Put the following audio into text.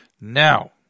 Now